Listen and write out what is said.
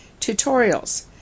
tutorials